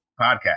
Podcast